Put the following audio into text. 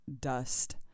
dust